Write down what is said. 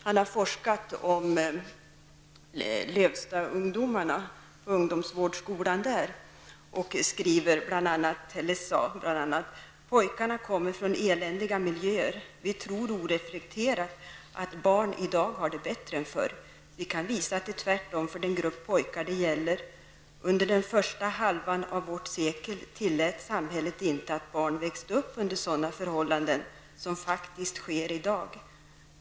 Han har forskat om Lövstaungdomarna och om ungdomsvårdsskolan där och säger bl.a.: ''Pojkarna kommer från eländiga miljöer. Vi tror oreflekterat att barn i dag har det bättre än förr. Vi kan visa att det är tvärtom för den grupp pojkar det gäller. Under den första halvan av vårt sekel tillät samhället inte att barn växte upp under sådana förhållanden som faktiskt sker i dag.